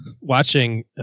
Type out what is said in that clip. watching